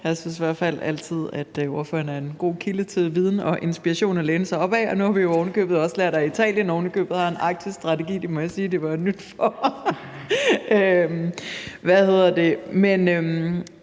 Jeg synes i hvert fald altid, at ordføreren er en god kilde til viden og inspiration at læne sig op ad, og nu har vi også lært, at Italien ovenikøbet har en arktisk strategi – det må jeg sige var nyt for mig. Men